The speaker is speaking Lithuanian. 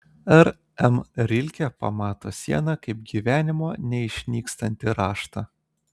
r m rilke pamato sieną kaip gyvenimo neišnykstantį raštą